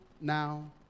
now